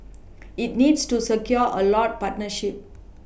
it needs to secure a lot partnerships